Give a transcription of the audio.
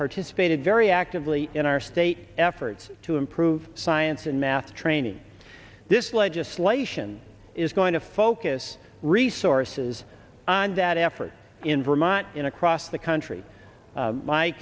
participated very actively in our state efforts to improve science and math training this legislation is going to focus resources on that effort in vermont in across the country